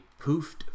poofed